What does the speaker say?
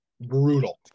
Brutal